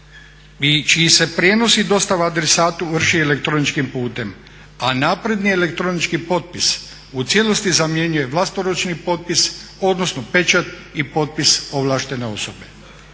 čiji se prijenos i dostava adresatu vrši elektroničkim putem, a napredni elektronički potpis u cijelosti zamjenjuje vlastoručni potpis odnosno pečat i potpis ovlaštene osobe.